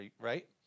right